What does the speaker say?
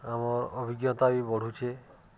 ଆମର୍ ଅଭିଜ୍ଞତା ବି ବଢ଼ୁଛେ